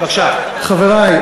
חברי,